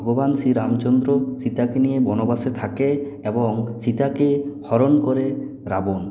যেখানে ভগবান শ্রী রামচন্দ্র সীতাকে নিয়ে বনবাসে থাকে এবং সীতাকে হরণ করে রাবণ